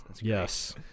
Yes